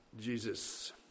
Jesus